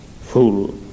full